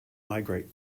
migrate